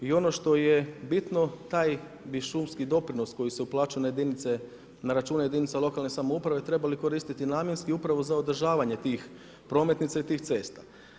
I ono što je bitno taj bi šumski doprinos koji se uplaćuje na jedinice, na račune jedinica lokalne samouprave trebali koristiti namjenski upravo za održavanje tih prometnica i tih cesta.